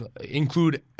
include